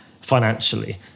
financially